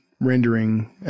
rendering